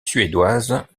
suédoise